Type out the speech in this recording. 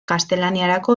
gaztelaniarako